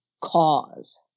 cause